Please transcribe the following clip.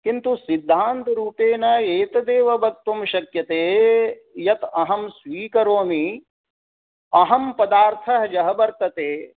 किन्तु सिद्धान्तरूपेण एतदेव वक्तुं शक्यते यत् अहं स्वीकरोमि अहं पदार्थः यः वर्तते